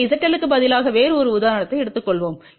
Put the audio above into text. இங்கே ZL க்கு பதிலாக வேறு ஒரு உதாரணத்தை எடுத்துக்கொள்வோம்